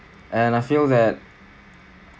and I feel that